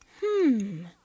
Hmm